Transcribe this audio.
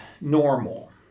normal